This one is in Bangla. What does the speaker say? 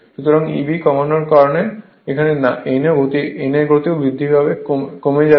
সুতরাং Eb কমার কারণে n এর গতিও কমে যাবে